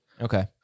Okay